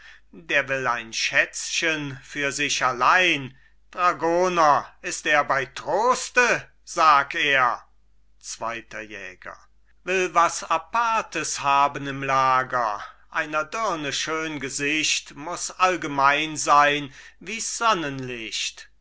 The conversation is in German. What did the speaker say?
der will ein schätzchen für sich allein dragoner ist er bei troste sag er zweiter jäger will was apartes haben im lager einer dirne schön gesicht muß allgemein sein wie s sonnenlicht